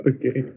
Okay